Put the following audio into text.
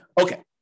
Okay